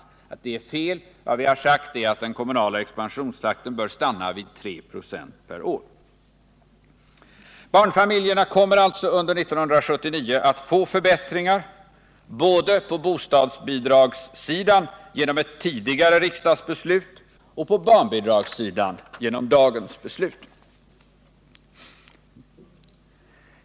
Detta påstående är felaktigt. Vi har sagt att den Torsdagen den kommunala expansionstakten bör stanna vid 3 96 per år. 14 december 1978 Barnfamiljerna kommer alltså under 1979 att få förbättringar både på bostadsbidragssidan genom ett tidigare beslut och på barnbidragssidan genom dagens beslut.